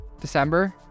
December